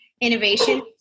Innovation